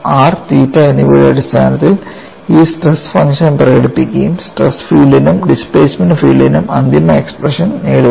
R തീറ്റ എന്നിവയുടെ അടിസ്ഥാനത്തിൽ ഈ സ്ട്രെസ് ഫംഗ്ഷൻ പ്രകടിപ്പിക്കുകയും സ്ട്രെസ് ഫീൽഡിനും ഡിസ്പ്ലേസ്മെന്റ് ഫീൽഡിനും അന്തിമ എക്സ്പ്രഷൻ നേടുക